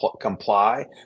comply